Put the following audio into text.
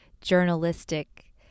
journalistic